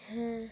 হ্যাঁ